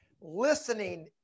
listening